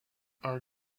are